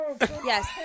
yes